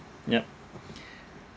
yup